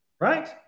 Right